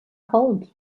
cold